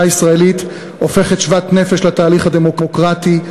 הישראלית הופכת שוות נפש לתהליך הדמוקרטי,